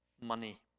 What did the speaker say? Money